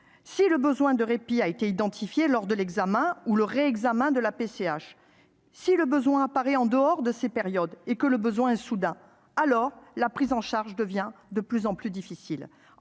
si le besoin de répit a été identifié lors de l'examen ou du réexamen de la prestation. Si le besoin apparaît en dehors de ces périodes et que le besoin est soudain, la prise en charge devient plus difficile.